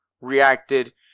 reacted